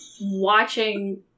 watching